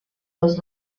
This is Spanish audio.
los